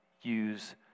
use